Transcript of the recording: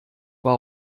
war